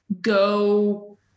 go